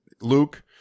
Luke